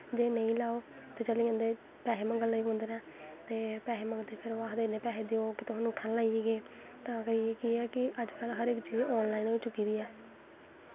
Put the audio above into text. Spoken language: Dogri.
ते जे नेईं लाओ ते पैसे मंगन लग्गी पौंदे न ते पैसे मंगदे कि इन्ने पैसे देओ तुस अंगूठा निं लाइयै गे तां करियै केह् ऐ कि हर चीज ऑन लाईन होई गेदी ऐ